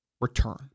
return